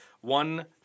One